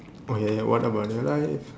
oh ya ya what about your life